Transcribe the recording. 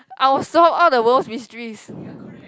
I'll solve all the world's mysteries